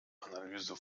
analyse